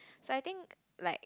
so I think like